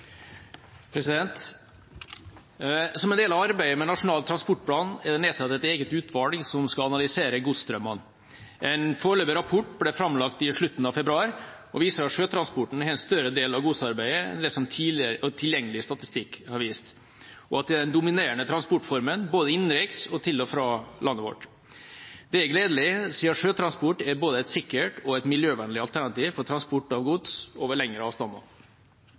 nedsatt et eget utvalg som skal analysere godsstrømmene. En foreløpig rapport ble framlagt i slutten av februar. Den viser at sjøtransporten har en større del av godsarbeidet enn det som tidligere og tilgjengelig statistikk har vist, og at det er den dominerende transportformen både innenriks og til og fra landet vårt. Det er gledelig, siden sjøtransport er et både sikkert og miljøvennlig alternativ for transport av gods over lengre avstander.